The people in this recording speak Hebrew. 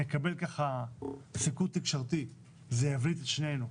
נקבל ככה סיקור תקשורתי וזה יבליט את שנינו.